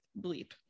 bleep